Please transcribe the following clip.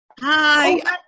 Hi